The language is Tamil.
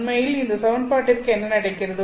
உண்மையில் இந்த சமன்பாட்டிற்கு என்ன நடக்கிறது